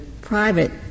private